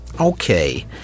Okay